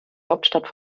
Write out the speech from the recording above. hauptstadt